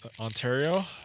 Ontario